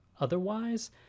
otherwise